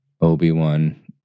Obi-Wan